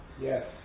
Yes